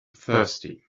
thirsty